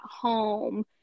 home